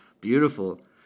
beautiful